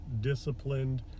disciplined